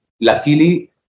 luckily